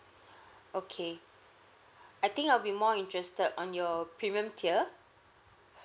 okay I think I'll be more interested on your premium tier